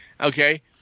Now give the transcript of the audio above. okay